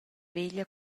veglia